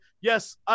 yes